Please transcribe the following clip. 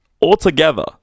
altogether